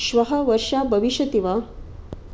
श्वः वर्षा भविष्यति वा